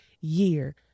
year